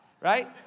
right